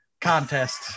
Contest